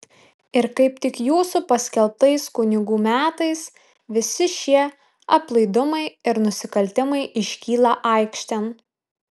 ir kaip tik jūsų paskelbtais kunigų metais visi šie aplaidumai ir nusikaltimai iškyla aikštėn